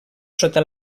sota